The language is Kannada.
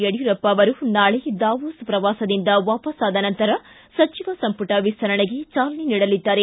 ಯಡಿಯೂರಪ್ಪ ಅವರು ನಾಳೆ ದಾವೋಸ್ ಪ್ರವಾಸದಿಂದ ವಾಪಸ್ನಾದ ನಂತರ ಸಚಿವ ಸಂಪುಟ ವಿಸ್ತರಣೆಗೆ ಚಾಲನೆ ನೀಡಲಿದ್ದಾರೆ